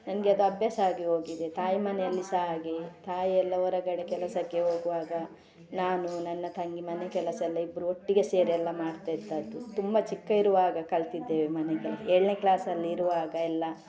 ನನಗೆ ಅದು ಅಭ್ಯಾಸ ಆಗಿ ಹೋಗಿದೆ ತಾಯಿ ಮನೆಯಲ್ಲಿ ಸಹ ಹಾಗೆಯೇ ತಾಯೆಲ್ಲ ಹೊರಗಡೆ ಕೆಲಸಕ್ಕೆ ಹೋಗುವಾಗ ನಾನು ನನ್ನ ತಂಗಿ ಮನೆ ಕೆಲಸ ಎಲ್ಲ ಇಬ್ಬರು ಒಟ್ಟಿಗೆ ಸೇರಿ ಎಲ್ಲ ಮಾಡ್ತಾಯಿದ್ದದ್ದು ತುಂಬ ಚಿಕ್ಕ ಇರುವಾಗ ಕಲಿತಿದ್ದೇವೆ ಮನೆಕೆಲಸ ಏಳನೇ ಕ್ಲಾಸಲ್ಲಿ ಇರುವಾಗ ಎಲ್ಲ